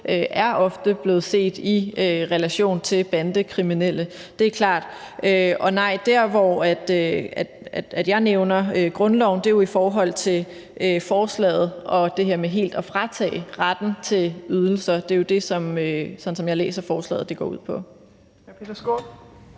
er ofte blevet set i relation til bandekriminelle. Det er klart. Og nej, der, hvor jeg nævner grundloven, er i forbindelse med det forslag om helt at fratage dem retten til ydelser. Det er, sådan som jeg læser forslaget, det, det går ud på.